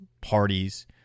parties